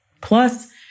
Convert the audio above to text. Plus